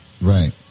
Right